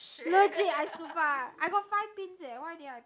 legit i sumpah I got five pins eh why didn't I